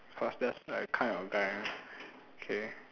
kind of guy lah okay